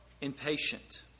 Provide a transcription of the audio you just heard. impatient